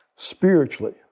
Spiritually